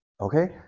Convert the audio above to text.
Okay